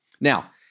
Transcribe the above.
Now